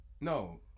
No